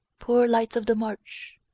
poor lights of the marsh,